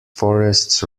forests